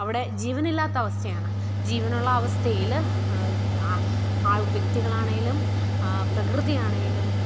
അവിടെ ജീവനില്ലാത്ത അവസ്ഥയാണ് ജീവനുള്ള അവസ്ഥയിൽ ആ വ്യക്തികളാണെങ്കിലും പ്രകൃതിയാണെങ്കിലും